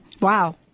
Wow